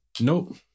Nope